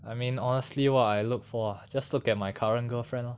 I mean honestly what I look for just look at my current girlfriend lah